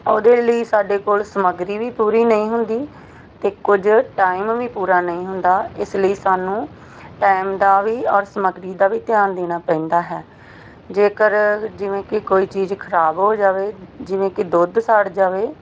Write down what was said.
ਉਹਦੇ ਲਈ ਸਾਡੇ ਕੋਲ ਸਮੱਗਰੀ ਵੀ ਪੂਰੀ ਨਹੀਂ ਹੁੰਦੀ ਅਤੇ ਕੁਝ ਟਾਈਮ ਵੀ ਪੂਰਾ ਨਹੀਂ ਹੁੰਦਾ ਇਸ ਲਈ ਸਾਨੂੰ ਟਾਈਮ ਦਾ ਵੀ ਔਰ ਸਮੱਗਰੀ ਦਾ ਵੀ ਧਿਆਨ ਦੇਣਾ ਪੈਂਦਾ ਹੈ ਜੇਕਰ ਜਿਵੇਂ ਕਿ ਕੋਈ ਚੀਜ਼ ਖਰਾਬ ਹੋ ਜਾਵੇ ਜਿਵੇਂ ਕਿ ਦੁੱਧ ਸੜ ਜਾਵੇ